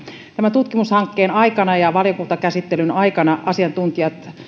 tämän tutkimushankkeen aikana ja valiokuntakäsittelyn aikana asiantuntijat ehkä